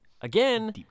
again